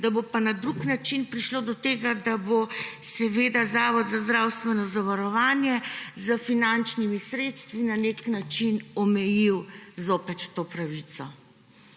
pa na drug način prišlo do tega, da bo Zavod za zdravstveno zavarovanje s finančnimi sredstvi na nek način zopet omejil to pravico.